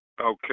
Okay